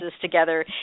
together